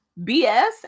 BS